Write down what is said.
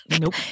Nope